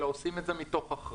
אלא אנחנו עושים את זה מתוך אחריות.